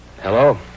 Hello